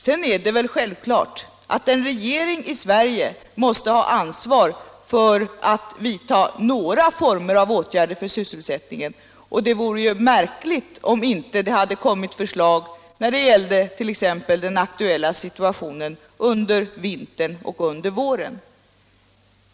Sedan är det väl självklart att en regering i Sverige måste ha ansvar för att vidta några slags åtgärder för sysselsättningen. Det vore märkligt om det inte hade kommit några förslag när det gällde t.ex. den aktuella situationen under vintern och våren.